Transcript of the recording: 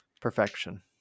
perfection